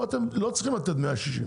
פה אתם לא צריכים לתת 160,